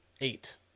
eight